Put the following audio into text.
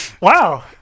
wow